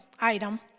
item